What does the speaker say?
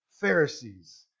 Pharisees